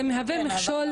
וזה מהווה מכשול --- כן,